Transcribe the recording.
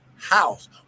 House